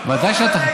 לא, בוודאי שאתה,